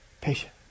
patient